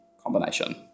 combination